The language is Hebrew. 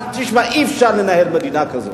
תשמע, אי-אפשר לנהל מדינה כזאת.